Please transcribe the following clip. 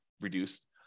reduced